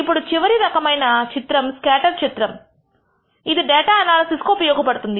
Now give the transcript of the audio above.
ఇప్పుడు చివరి రకమైన చిత్రం స్కేటర్ చిత్రము ఇది డేటా ఎనాలసిస్ కు ఉపయోగపడుతుంది